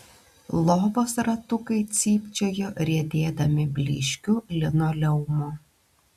lovos ratukai cypčiojo riedėdami blyškiu linoleumu